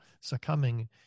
succumbing